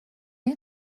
این